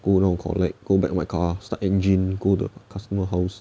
go down collect go back to my car start engine go customer house